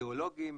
גיאולוגים,